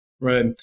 Right